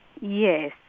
Yes